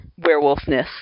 werewolfness